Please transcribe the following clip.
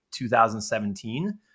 2017